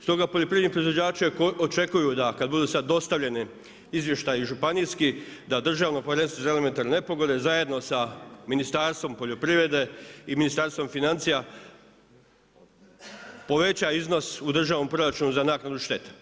Stoga poljoprivredni proizvođači očekuju da kad budu sad dostavljeni izvještaji županijski, da Državno povjerenstvo za elementarne nepogode zajedno sa Ministarstvom poljoprivrede i Ministarstvom financija poveća iznos u državnom proračunu za naknadu štete.